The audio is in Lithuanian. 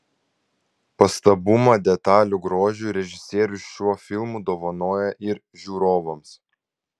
pastabumą detalių grožiui režisierius šiuo filmu dovanoja ir žiūrovams